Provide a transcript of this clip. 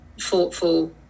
thoughtful